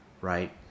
right